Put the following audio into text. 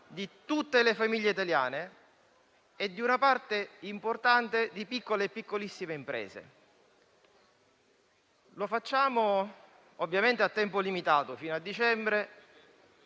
di tutte le famiglie italiane e di una parte importante delle piccole e piccolissime imprese. Lo facciamo ovviamente a tempo limitato, fino a dicembre,